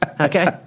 Okay